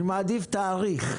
אני מעדיף תאריך.